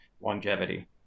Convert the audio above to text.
longevity